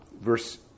verse